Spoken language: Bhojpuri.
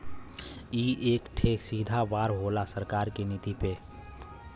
ई एक ठे सीधा वार होला सरकार की नीति पे